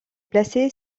placée